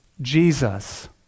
Jesus